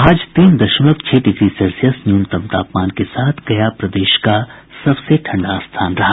आज तीन दशमलव छह डिग्री सेल्सियस न्यूनतम तापमान के साथ गया प्रदेश का सबसे ठंडा स्थान रहा